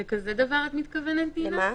נכון.